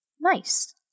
nice